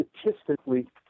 statistically